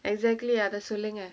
exactly ya the ceiling leh